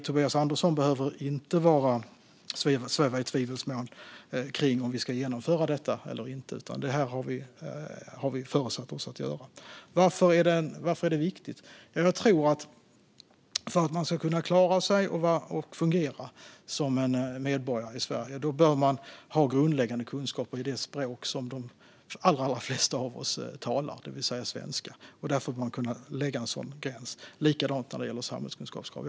Tobias Andersson behöver inte sväva i tvivelsmål kring om vi ska genomföra detta eller inte, utan detta har vi föresatt oss att göra. Varför är detta viktigt? För att man ska kunna klara sig och fungera som medborgare i Sverige tror jag att man bör ha grundläggande kunskaper i det språk som de allra flesta av oss talar, det vill säga svenska. Därför bör man kunna sätta en sådan gräns. Det är likadant när det gäller samhällskunskapskrav.